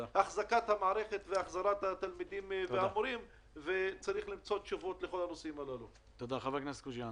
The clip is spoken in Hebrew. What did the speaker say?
הגנים גם לא יכולים לסבסד את זה בעצמם.